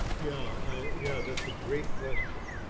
yeah, i yeah, that's a great question.